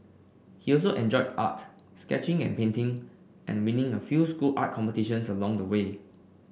he also enjoyed art sketching and painting and winning a few school art competitions along the way